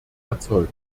erzeugen